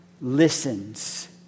listens